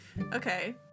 Okay